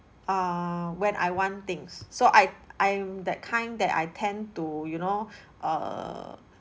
err when I want things so I I'm that kind that I tend to you know err